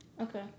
Okay